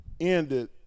ended